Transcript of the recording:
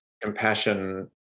compassion